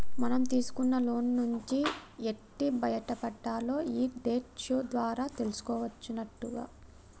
మనం తీసుకున్న లోన్ల నుంచి ఎట్టి బయటపడాల్నో ఈ డెట్ షో ద్వారా తెలుసుకోవచ్చునట